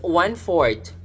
one-fourth